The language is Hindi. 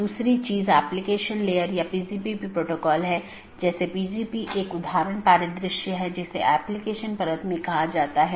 तो मुख्य रूप से ऑटॉनमस सिस्टम मल्टी होम हैं या पारगमन स्टब उन परिदृश्यों का एक विशेष मामला है